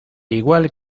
igual